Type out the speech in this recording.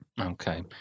Okay